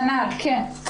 כנ"ל, כן.